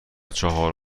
چهار